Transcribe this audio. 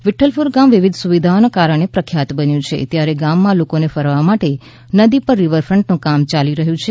વિઠ્ઠલપુર ગામ વિવિધ સુવિધાના કારણે પ્રખ્યાત બન્યું છે ત્યારે ગામમાં લોકોને ફરવા માટે નદી પર રિવરફ્ટનું કામ ચાલું છે